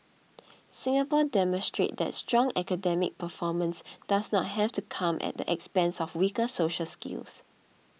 Singapore demonstrates that strong academic performance does not have to come at the expense of weaker social skills